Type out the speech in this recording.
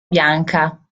bianca